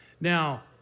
Now